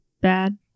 bad